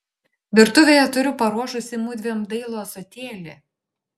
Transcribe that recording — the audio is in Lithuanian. virtuvėje turiu paruošusi mudviem dailų ąsotėlį